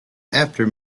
after